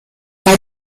bei